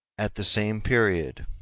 at the same period,